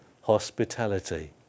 hospitality